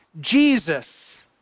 Jesus